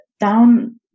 down